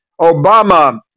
Obama